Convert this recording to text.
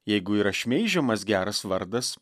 jeigu yra šmeižiamas geras vardas